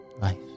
life